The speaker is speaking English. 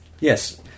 Yes